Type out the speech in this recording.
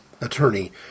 attorney